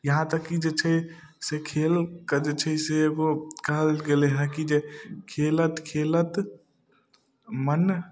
यहाँ तक कि जे छै से खेलके जे छै से एगो कहल गेलै हँ कि जे खेलत खेलत मोन